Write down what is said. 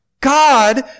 God